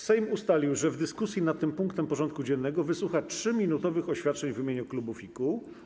Sejm ustalił, że w dyskusji nad tym punktem porządku dziennego wysłucha 3-minutowych oświadczeń w imieniu klubów i kół.